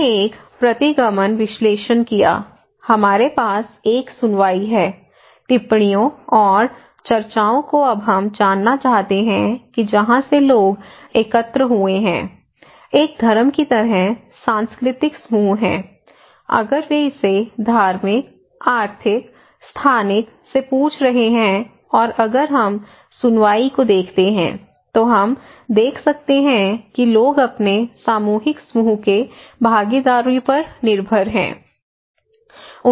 हमने एक प्रतिगमन विश्लेषण किया हमारे पास एक सुनवाई है टिप्पणियों और चर्चाओं को अब हम जानना चाहते हैं कि जहां से लोग एकत्र हुए हैं एक धर्म की तरह सांस्कृतिक समूह है अगर वे इसे धार्मिक आर्थिक स्थानिक से पूछ रहे हैं और अगर हम सुनवाई को देखते हैं तो हम देख सकते हैं कि लोग अपने सामूहिक समूह के भागीदारों पर निर्भर हैं